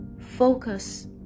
focus